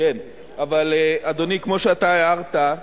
כן, אבל, אדוני, כמו שאתה הערת,